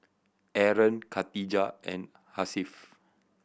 Aaron Khadija and Hasif